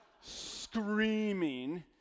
screaming